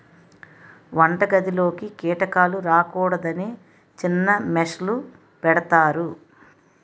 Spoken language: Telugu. వంటగదిలోకి కీటకాలు రాకూడదని చిన్న మెష్ లు పెడతారు